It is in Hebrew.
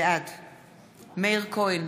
בעד מאיר כהן,